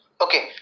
Okay